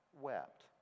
wept